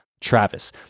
Travis